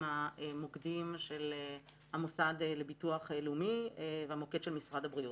המוקדים של המוסד לביטוח הלאומי והמוקד של משרד הבריאות.